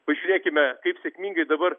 pažiūrėkime kaip sėkmingai dabar